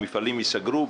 המפעלים ייסגרו.